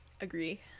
agree